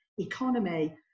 economy